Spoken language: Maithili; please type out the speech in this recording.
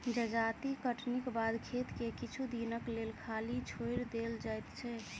जजाति कटनीक बाद खेत के किछु दिनक लेल खाली छोएड़ देल जाइत छै